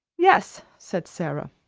yes, said sara,